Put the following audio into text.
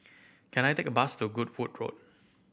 can I take a bus to Goodwood Road